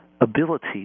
ability